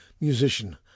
musician